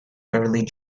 early